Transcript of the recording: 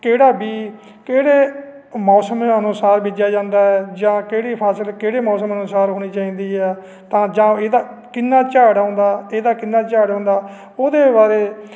ਕਿਹੜਾ ਬੀਜ ਕਿਹੜੇ ਮੌਸਮ ਅਨੁਸਾਰ ਬੀਜਿਆ ਜਾਂਦਾ ਏ ਜਾਂ ਕਿਹੜੀ ਫ਼ਸਲ ਕਿਹੜੇ ਮੌਸਮ ਅਨੁਸਾਰ ਹੋਣੀ ਚਾਹੀਦੀ ਹੈ ਤਾਂ ਜਾਂ ਇਹਦਾ ਕਿੰਨਾਂ ਝਾੜ ਆਉਂਦਾ ਇਹਦਾ ਕਿੰਨਾਂ ਝਾੜ ਆਉਂਦਾ ਉਹਦੇ ਬਾਰੇ